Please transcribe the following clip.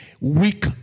weak